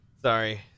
Sorry